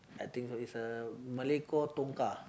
I think so is a Malay call tongkar